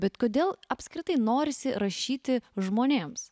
bet kodėl apskritai norisi rašyti žmonėms